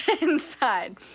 inside